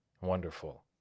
Wonderful